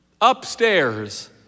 Upstairs